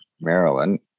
Maryland